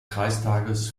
kreistages